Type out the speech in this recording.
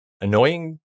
Annoying